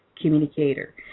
communicator